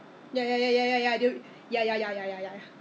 跟他 deliver 过来 maybe